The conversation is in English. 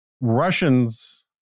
Russians